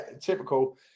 typical